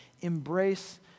embrace